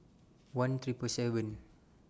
one Triple seven